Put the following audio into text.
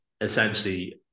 essentially